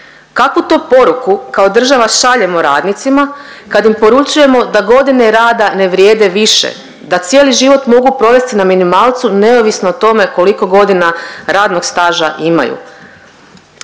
Kakvu to poruku kao država šaljemo radnicima kad im poručujemo da godine rada ne vrijede više, da cijeli život mogu provesti na minimalcu neovisno o tome koliko godina radnog staža imaju?